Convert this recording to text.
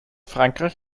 frankreich